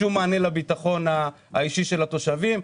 שום מענה לביטחון האישי של התושבים.